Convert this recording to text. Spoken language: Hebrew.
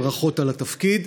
ברכות על התפקיד.